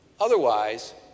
Otherwise